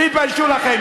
תתביישו לכם.